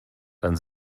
dann